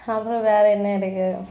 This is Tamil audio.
அப்புறம் வேறு என்ன இருக்குது